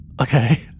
Okay